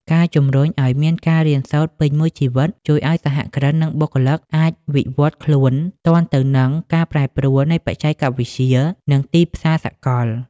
ការជំរុញឱ្យមានការរៀនសូត្រពេញមួយជីវិត ជួយឱ្យសហគ្រិន និងបុគ្គលិកអាចវិវត្តខ្លួនទាន់ទៅនឹងការប្រែប្រួលនៃបច្ចេកវិទ្យា និងទីផ្សារសកល។